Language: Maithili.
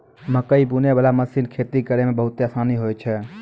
मकैइ बुनै बाला मशीन खेती करै मे बहुत आसानी होय छै